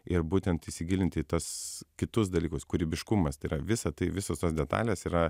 ir būtent įsigilinti į tas kitus dalykus kūrybiškumas tai yra visą tai visos detalės yra